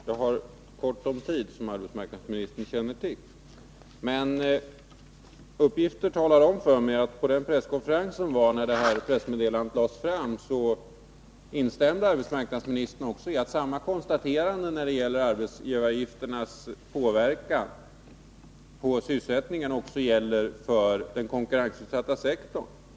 Herr talman! Som arbetsmarknadsministern känner till har jag ont om tid för mitt inlägg, men jag vill säga att på den presskonferens som hölls när det här pressmeddelandet lämnades instämde arbetsmarknadsministern i att samma konstaterande när det gäller arbetsgivaravgifternas påverkan på sysselsättningen kunde göras också beträffande den konkurrensutsatta sektorn.